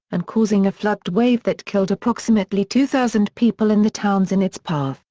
and causing a flood wave that killed approximately two thousand people in the towns in its path.